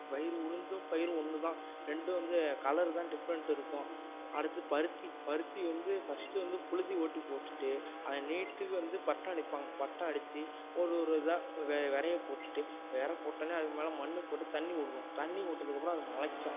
பயிறு உளுந்தும் பயிறும் ஒன்றுதான் ரெண்டும் வந்து கலர்தான் டிஃப்ரண்ட் இருக்கும் அடுத்து பருத்தி பருத்தி வந்து ஃபஸ்ட் வந்து புழுதி ஓட்டி போட்டுட்டு அதை நீட்டுக்கு வந்து பட்டம் அடிப்பாங்க பட்டம் அடிச்சு ஒரு ஒரு இதாக வெ விதைய போட்டுட்டு விதை போட்ட உடனே அதுக்கு மேலே மண் போட்டு தண்ணி விடணும் தண்ணி விட்டதுக்கு அப்புறம் அது முளைக்கும்